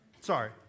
sorry